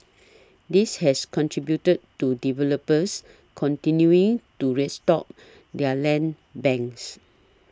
this has contributed to developers continuing to restock their land banks